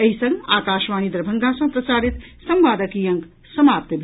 एहि संग आकाशवाणी दरभंगा सँ प्रसारित संवादक ई अंक समाप्त भेल